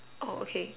oh okay